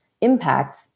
impact